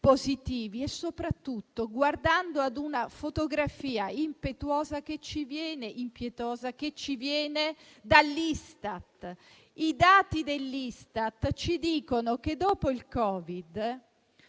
positivi e soprattutto guardando alla fotografia impietosa che ci viene dall'Istat. I dati dell'Istat ci dicono che, dopo il Covid,